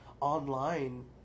online